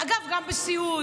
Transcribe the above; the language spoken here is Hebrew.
אגב, גם בסיעוד,